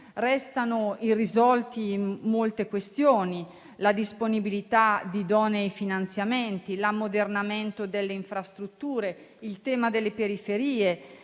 Restano irrisolte molte questioni: la disponibilità di idonei finanziamenti, l'ammodernamento delle infrastrutture, il tema delle periferie,